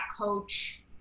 coach